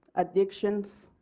addictions,